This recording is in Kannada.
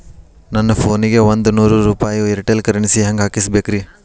ನನ್ನ ಫೋನಿಗೆ ಒಂದ್ ನೂರು ರೂಪಾಯಿ ಏರ್ಟೆಲ್ ಕರೆನ್ಸಿ ಹೆಂಗ್ ಹಾಕಿಸ್ಬೇಕ್ರಿ?